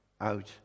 out